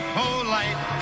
polite